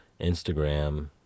instagram